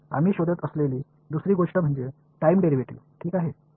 आम्ही शोधत असलेली दुसरी गोष्ट म्हणजे टाइम डेरिव्हेटिव्ह ठीक आहे